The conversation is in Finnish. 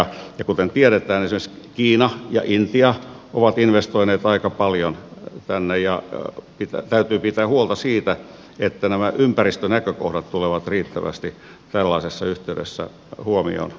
ja kuten tiedetään esimerkiksi kiina ja intia ovat investoineet aika paljon tänne ja täytyy pitää huolta siitä että nämä ympäristönäkökohdat tulevat riittävästi tällaisessa yhteydessä huomioon otetuiksi